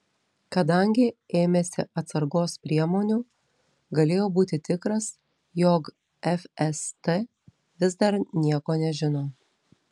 kadangi ėmėsi atsargos priemonių galėjo būti tikras jog fst vis dar nieko nežino